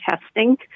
testing